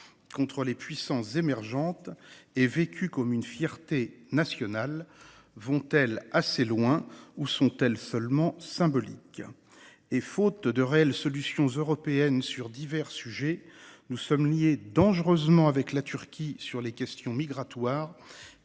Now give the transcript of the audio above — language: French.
contre les puissances émergentes et vécues comme une fierté nationale : vont-elles assez loin ou sont-elles seulement symboliques ? Faute de réelles solutions européennes sur divers sujets, nous nous sommes liés dangereusement avec la Turquie, sur les questions migratoires,